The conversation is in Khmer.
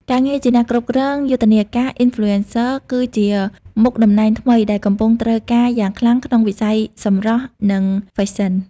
ការងារជាអ្នកគ្រប់គ្រងយុទ្ធនាការអ៊ីនហ្វ្លូអិនស័រគឺជាមុខតំណែងថ្មីដែលកំពុងត្រូវការយ៉ាងខ្លាំងក្នុងវិស័យសម្រស់ និងហ្វេសិន។